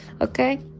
Okay